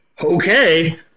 Okay